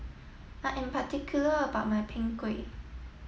I am particular about my Png Kueh